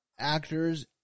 actors